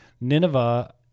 Nineveh